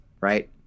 right